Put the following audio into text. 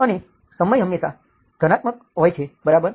અને સમય હંમેશા ધનાત્મક હોય છે બરાબર